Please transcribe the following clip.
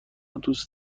دوست